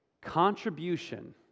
contribution